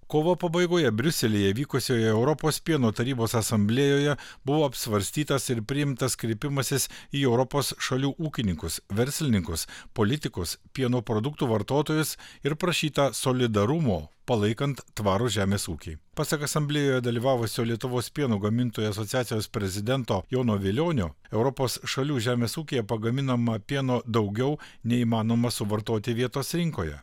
kovo pabaigoje briuselyje vykusioje europos pieno tarybos asamblėjoje buvo apsvarstytas ir priimtas kreipimasis į europos šalių ūkininkus verslininkus politikus pieno produktų vartotojus ir prašyta solidarumo palaikant tvarų žemės ūkį pasak asamblėjoje dalyvavusio lietuvos pieno gamintojų asociacijos prezidento jono vilionio europos šalių žemės ūkyje pagaminama pieno daugiau nei įmanoma suvartoti vietos rinkoje